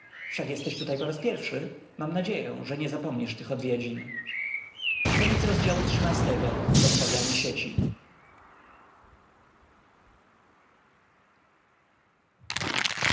jesteś tu po raz pierwszy mam nadzieję że nie zapomnisz tych odwiedzin xiv pies